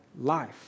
life